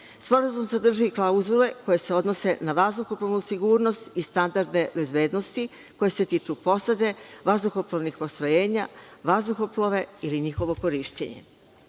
sadrži i klauzule koje se odnose na vazduhoplovnu sigurnost i standarde bezbednosti, koji se tiču posade, vazduhoplovnih postrojenja, vazduhoplove ili njihovo korišćenje. Navela